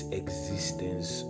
existence